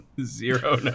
Zero